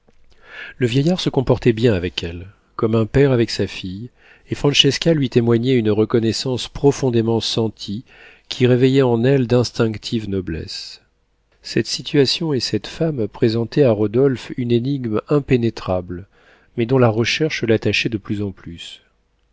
le vieillard se comportait bien avec elle comme un père avec sa fille et francesca lui témoignait une reconnaissance profondément sentie qui réveillait en elle d'instinctives noblesses cette situation et cette femme présentaient à rodolphe une énigme impénétrable mais dont la recherche l'attachait de plus en plus